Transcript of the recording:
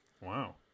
Wow